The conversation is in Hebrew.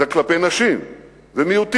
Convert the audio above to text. זה כלפי נשים ומיעוטים,